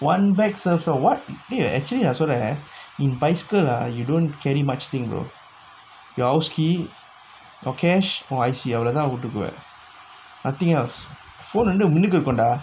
one bag serves all [what] okay actually are so rare in bicycle lah you don't carry much thing your house key your cash வோ:vo I_C அவளோதா போட்டுப்ப:avalothaa pottuppa nothing else phone வந்து மின்னுக்கு வைப்போன்டா:vanthu minnukku vaipondaa